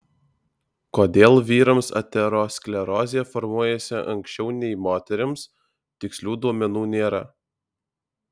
kodėl vyrams aterosklerozė formuojasi anksčiau nei moterims tikslių duomenų nėra